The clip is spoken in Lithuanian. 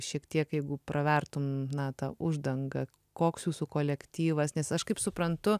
šiek tiek jeigu pravertum na tą uždangą koks jūsų kolektyvas nes aš kaip suprantu